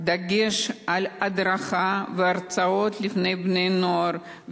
דגש על הדרכה והרצאות לפני בני-נוער,